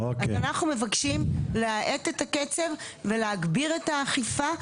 אז אנחנו מבקשים להאט את הקצב ולהגביר את האכיפה.